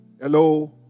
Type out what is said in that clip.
Hello